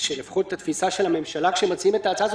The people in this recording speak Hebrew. לפחות התפיסה של הממשלה שמציעה את ההצעה הזאת